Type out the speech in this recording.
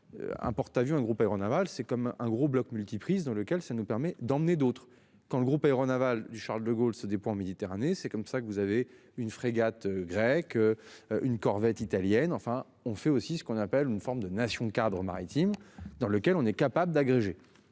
Un porte-avions un groupe aéronaval c'est comme un gros bloc multiprise dans lequel ça nous permet d'emmener d'autres quand le groupe aéronaval du Charles de Gaulle ce dépôt en Méditerranée. C'est comme ça que vous avez une frégate grecque. Une corvette italienne enfin on fait aussi ce qu'on appelle une forme de nation-cadre maritime dans lequel on est capable d'agréger